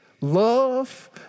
love